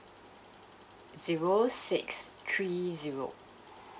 zero six three zero